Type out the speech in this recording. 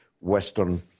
Western